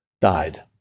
died